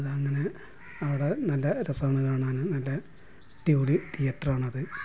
അതങ്ങനെ അവിടെ നല്ല രസമാണ് കാണാന് നല്ല അടിപൊളി തിയേറ്റർ ആണത്